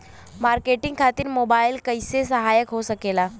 Marketing खातिर mobile कइसे सहायक हो सकेला?